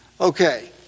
Okay